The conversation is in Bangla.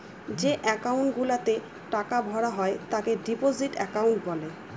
যে একাউন্ট গুলাতে টাকা ভরা হয় তাকে ডিপোজিট একাউন্ট বলে